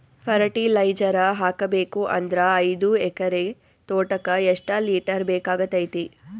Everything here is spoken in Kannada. ಫರಟಿಲೈಜರ ಹಾಕಬೇಕು ಅಂದ್ರ ಐದು ಎಕರೆ ತೋಟಕ ಎಷ್ಟ ಲೀಟರ್ ಬೇಕಾಗತೈತಿ?